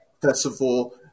festival